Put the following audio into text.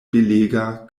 belega